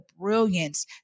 brilliance